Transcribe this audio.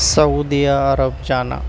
سعودی Arab جانا